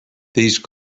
these